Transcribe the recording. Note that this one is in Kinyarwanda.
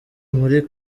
muri